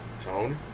Tony